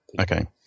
Okay